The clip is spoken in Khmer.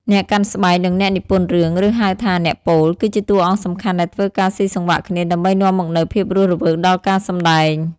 អ្នកកាន់ស្បែក និងអ្នកនិទានរឿង ឬហៅថា អ្នកពោល គឺជាតួអង្គសំខាន់ដែលធ្វើការស៊ីចង្វាក់គ្នាដើម្បីនាំមកនូវភាពរស់រវើកដល់ការសម្តែង។